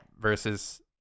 versus